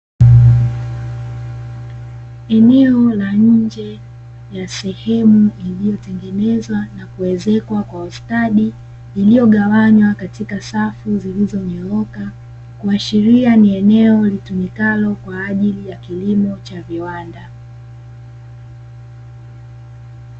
Eneo la nje ya sehemu iliyotengenezwa na kuezekwa kwa ustadi, iliyogawanywa katika safu zilizonyooka kuashiria ni eneo litumikalo kwa ajili ya kilimo cha viwanda.